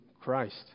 Christ